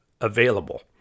available